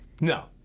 No